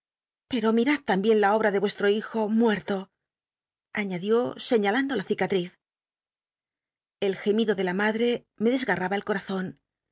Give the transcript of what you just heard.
pco mirad tambien la obra de mestro hijo muerto niíadió sciíalando la cicatl'iz el gemido de la madre me dcsgarmba el comzon